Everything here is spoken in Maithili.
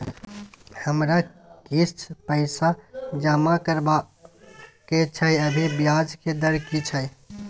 हमरा किछ पैसा जमा करबा के छै, अभी ब्याज के दर की छै?